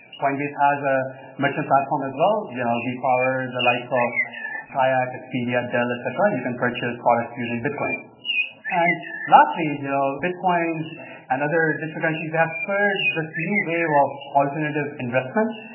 coinbase has a merchant platform as well, you know, v power, the likes of kayak, expedia, dell, et cetera, you can purchase products using bit coins and lastly you know? bit coins and other digital currencies, they have spurred this new wave of alternative investment.